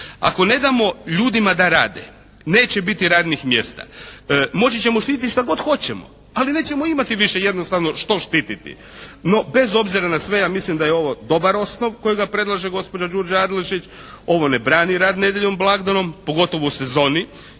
Ako ne damo ljudima da rade neće biti radnih mjesta. Moći ćemo štititi što god hoćemo, ali nećemo imati više jednostavno što štititi. No bez obzira na sve ja mislim da je ovo dobar osnov kojega predlaže gospođa Đurđa Adlešić. Ovo ne brani rad nedljeljom i blagdanom pogotovo u sezoni